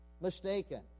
mistaken